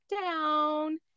down